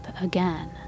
again